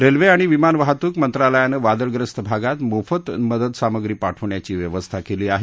railway आणि विमान वाहतूक मंत्रालयानं वादळग्रस्त भागात मोफत मदतसामग्री पाठवण्याची व्यवस्था केली आहे